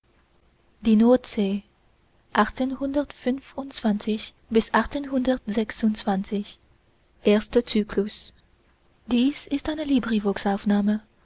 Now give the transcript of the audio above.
katz ist eine